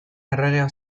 erregea